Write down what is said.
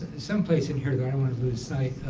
some place in here don't want to lose sight